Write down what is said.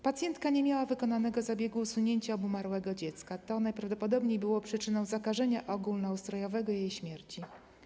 Pacjentka nie miała wykonanego zabiegu usunięcia obumarłego dziecka, co najprawdopodobniej było przyczyną zakażenia ogólnoustrojowego i jej śmierci.